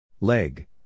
Leg